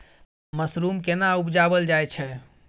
Mushroom केना उबजाबल जाय छै?